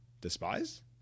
despise